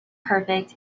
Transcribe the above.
perfect